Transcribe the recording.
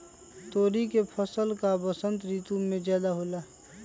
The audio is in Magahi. तोरी के फसल का बसंत ऋतु में ज्यादा होला?